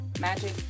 magic